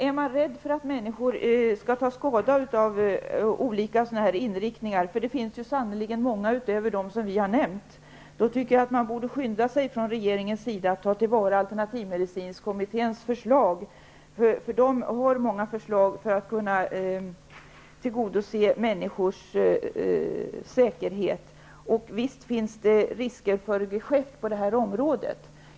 Är man rädd att människor skall ta skada av olika inriktningar -- det finns sannerligen många utöver dem som vi har nämnt -- tycker jag att man från regeringens sida borde skynda sig att ta till vara alternativmedicinkommitténs förslag. Det finns många förslag för att tillgodose människors säkerhet. Det finns risker för geschäft på det här området.